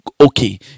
okay